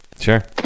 Sure